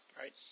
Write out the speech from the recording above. Right